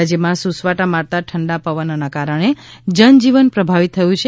રાજ્યમાં સુસવાટા મારતા ઠંડા પવનોના કારણે જીવજીવન પ્રભાવિત થયું છે